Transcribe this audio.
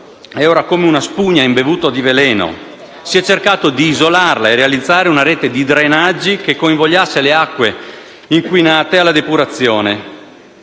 è ora come una spugna, imbevuto di veleno. Si è cercato di isolarlo realizzando una rete di drenaggi che convogli le acque inquinate alla depurazione.